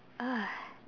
uh